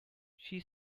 she